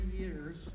years